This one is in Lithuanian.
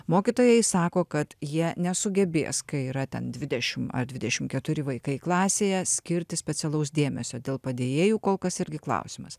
mokytojai sako kad jie nesugebės kai yra ten dvidešim ar dvidešim keturi vaikai klasėje skirti specialaus dėmesio dėl padėjėjų kol kas irgi klausimas